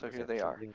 here they are.